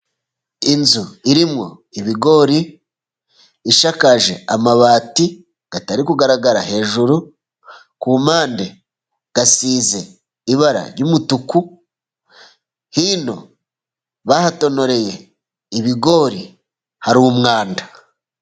Inzu irimo ibigori, ishakaje amabati atari kugaragara hejuru, ku mpande asize ibara ry'umutuku, hino bahatonoreye ibigori hari umwanda.